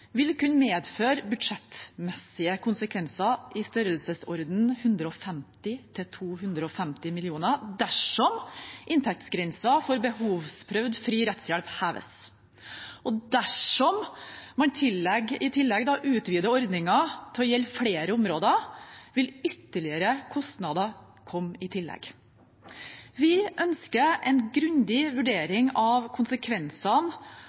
vil kunne medføre budsjettmessige konsekvenser i størrelsesorden 150 mill. kr–250 mill. kr dersom inntektsgrensen for behovsprøvd fri rettshjelp heves. Dersom man i tillegg utvider ordningen til å gjelde flere områder, vil ytterligere kostnader komme i tillegg. Vi ønsker en grundig vurdering av konsekvensene